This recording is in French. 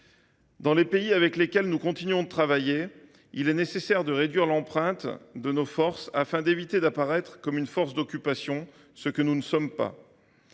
Dans les pays avec lesquels nous continuons de travailler, il est nécessaire de réduire l’empreinte de nos forces, afin d’éviter d’apparaître comme une force d’occupation, ce que nous ne sommes pas.